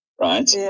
right